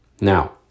Now